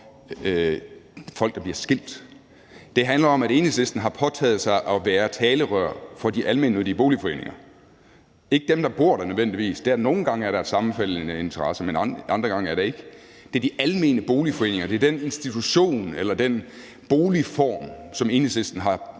folk, der bliver skilt, det handler om, at Enhedslisten har påtaget sig at være talerør for de almene boligforeninger − ikke nødvendigvis dem, der bor der. Nogle gange er der sammenfaldende interesser, men andre gange er der ikke. Det er de almene boligforeninger, det er den institution eller den boligform, som Enhedslisten har